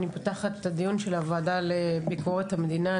אני פותחת את הדיון של הוועדה לביקורת המדינה.